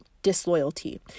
Disloyalty